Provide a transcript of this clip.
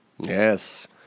Yes